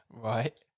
right